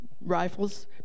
rifles